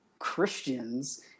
christians